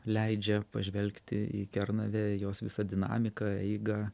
leidžia pažvelgti į kernavę jos visą dinamiką eigą